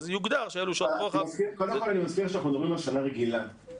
אז יוגדר שאלו שעות רוחב --- קודם כל